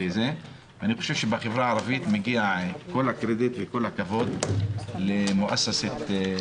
אני חושב שמגיע את כל הקרדיט והכבוד ל"מרים",